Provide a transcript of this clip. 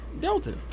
Delta